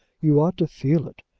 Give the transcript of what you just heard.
you ought to feel it.